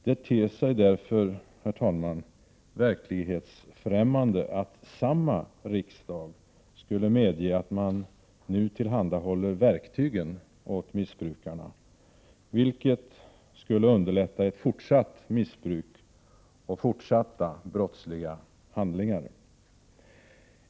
Det ter sig därför, herr talman, verklighetsfrämmande att samma riksdag skulle medge att man nu tillhandahåller verktygen åt missbrukarna, vilket skulle underlätta ett fortsatt missbruk och fortsatta brottsliga handlingar.